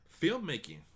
filmmaking